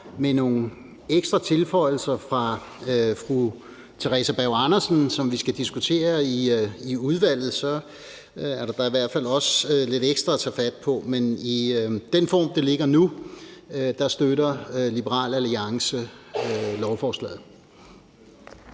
med nogle ekstra tilføjelser fra fru Theresa Berg Andersen, som vi skal diskutere i udvalget, er der da i hvert fald også lidt ekstra at tage fat på. Men i den form, det ligger i nu, støtter Liberal Alliance lovforslaget.